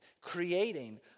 creating